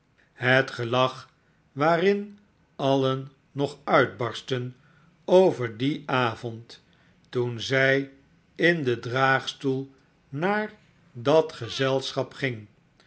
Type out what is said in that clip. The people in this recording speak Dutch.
het gelach waarin alien nog uitbarstten over dien avond toen zij in den draagstoel naar dat gezelschap ging